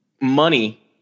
money